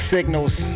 Signals